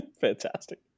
Fantastic